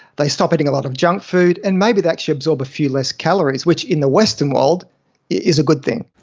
they stop eating a lot of junk food, and maybe they actually absorb a few less calories, which in the western world is a good thing.